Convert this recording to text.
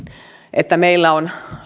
että meillä on